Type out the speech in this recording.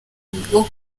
bwo